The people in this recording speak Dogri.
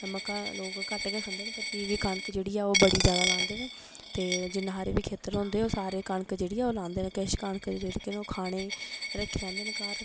मक्का लोग घट्ट गै प्ही बी कनक जेह्ड़ी ऐ ओह् बड़ी जादा लांदे न ते जिन्ने हारे खेत्तर होंदे ओह् सारे कनक जेह्ड़ी ऐ ओह् लांदे न किश कनक लेकिन ओह् खाने ई रक्खी लैंदे न घर